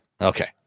Okay